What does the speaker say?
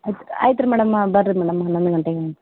ಅದ್ಕೆ ಆಯ್ತು ರೀ ಮೇಡಮ ಬನ್ರಿ ಮೇಡಮ್ ಹನ್ನೊಂದು ಗಂಟೆಗೆ